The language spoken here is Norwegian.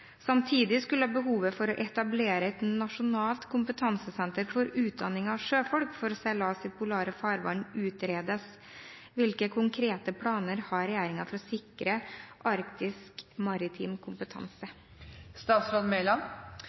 Samtidig skulle behovet for å etablere et nasjonalt kompetansesenter for utdanning av sjøfolk for seilas i polare farvann utredes. Hvilke konkrete planer har regjeringen for å sikre arktisk maritim kompetanse?»